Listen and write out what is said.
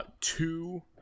two